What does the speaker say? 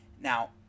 Now